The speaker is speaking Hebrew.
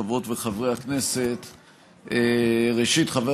חברות וחברי הכנסת, ראשית, חבר